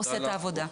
עושה את העבודה.